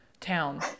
town